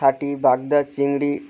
হাটি বাগদা চিংড়ি